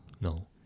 No